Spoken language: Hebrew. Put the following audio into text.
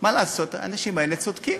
מה לעשות, האנשים האלה צודקים.